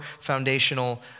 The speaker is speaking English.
foundational